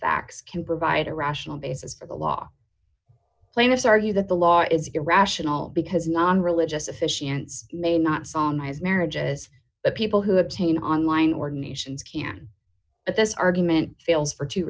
facts can provide a rational basis for the law plaintiffs argue that the law is irrational because non religious officiants may not some eyes marriages but people who obtain online or nations can at this argument fails for two